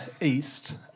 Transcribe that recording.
east